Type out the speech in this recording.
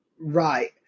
Right